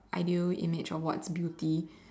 ideal image or what's beauty